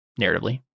narratively